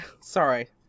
Sorry